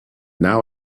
now